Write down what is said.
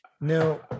no